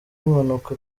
impanuka